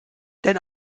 denn